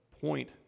point